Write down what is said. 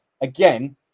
again